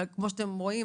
אבל כמו שאתם רואים,